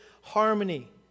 harmony